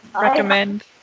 recommend